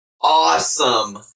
awesome